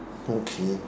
okay